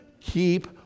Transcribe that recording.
keep